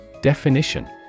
Definition